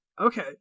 okay